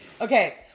Okay